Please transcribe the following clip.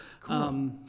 Cool